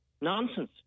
Nonsense